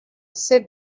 said